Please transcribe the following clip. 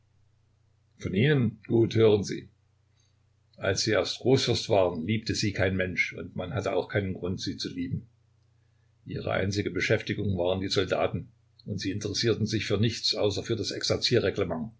von ihnen gut hören sie als sie erst großfürst waren liebte sie kein mensch und man hatte auch keinen grund sie zu lieben ihre einzige beschäftigung waren die soldaten und sie interessierten sich für nichts außer für das